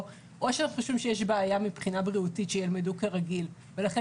אנחנו חושבים שיש בעיה מבחינה בריאותית ושהילדים ילמדו כרגיל ולכן